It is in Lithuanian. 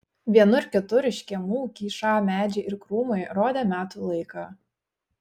vienur kitur iš kiemų kyšą medžiai ir krūmai rodė metų laiką